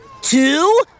two